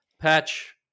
Patch